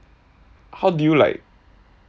how do you like